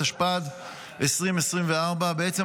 התשפ"ד 2024. בעצם,